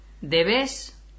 Debes